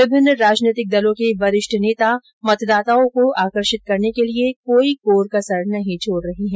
विभिन्न राजनीतिक दलों के वरिष्ठ नेता मतदाताओं को आकर्षित करने के लिए कोई कोर कसर नहीं छोड़ रहे हैं